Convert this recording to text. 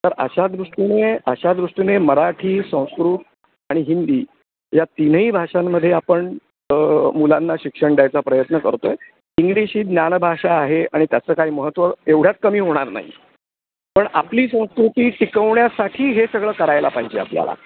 तर अशा दृष्टीने अशा दृष्टीने मराठी संस्कृत आणि हिंदी या तिनही भाषांमध्ये आपण मुलांना शिक्षण द्यायचा प्रयत्न करतो आहे इंग्लिश ही ज्ञान भाषा आहे आणि त्याचं काही महत्त्व एवढ्याच कमी होणार नाही पण आपली संस्कृती टिकवण्यासाठी हे सगळं करायला पाहिजे आपल्याला